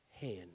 hand